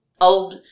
old